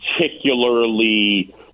particularly